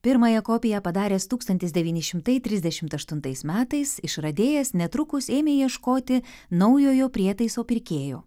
pirmąją kopiją padaręs tūkstantis devyni šimtai trisdešimt aštuntais metais išradėjas netrukus ėmė ieškoti naujojo prietaiso pirkėjo